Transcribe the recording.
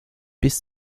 bis